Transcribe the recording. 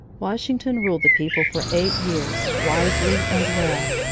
washington ruled the people for eight years wisely and well.